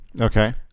Okay